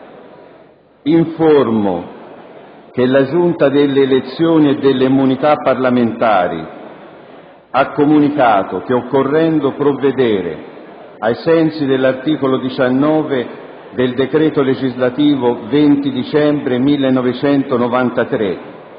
Informo che la Giunta delle elezioni e delle immunità parlamentari ha comunicato che occorrendo provvedere, ai sensi dell'articolo 19 del decreto legislativo 20 dicembre 1993,